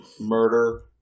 murder